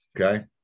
Okay